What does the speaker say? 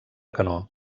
canó